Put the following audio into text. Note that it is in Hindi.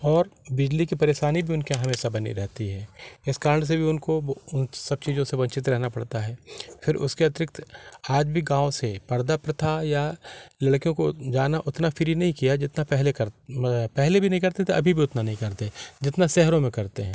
और बिजली की परेशानी भी उनके यहाँ हमेशा बनी रहती है इस कारण से भी उनको सब चीज़ों से वंचित रहना पड़ता है फिर उसके अतिरिक्त आज भी गाँव से पर्दा प्रथा या लड़कियों को जाना उतना फ़्री नहीं किया जितना पहले कर पहले भी नहीं करते थे अभी भी उतना नहीं करते जितना शहरों में करते हैं